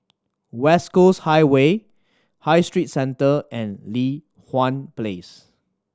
West Coast Highway High Street Centre and Li Hwan Place